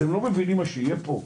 אתם לא מבינים מה שיהיה פה?